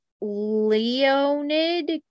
Leonid